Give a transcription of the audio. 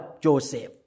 Joseph